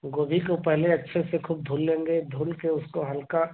गोभी को पहले अच्छे से खूब धूल लेंगे धूलकर उसको हल्का